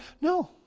no